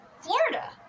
Florida